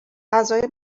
غذای